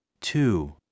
two